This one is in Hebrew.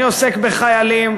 אני עוסק בחיילים,